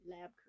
lab